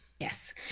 Yes